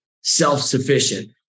self-sufficient